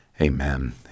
amen